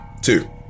Two